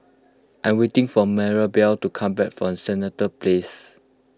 I'm waiting for Marybelle to come back from Senett Place